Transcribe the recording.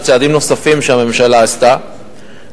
יש צעדים נוספים שהממשלה עשתה,